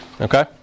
Okay